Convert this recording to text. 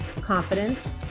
Confidence